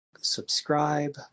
subscribe